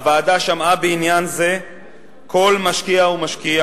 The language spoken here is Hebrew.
הוועדה שמעה בעניין זה כל משקיע ומשקיע